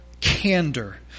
candor